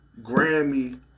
Grammy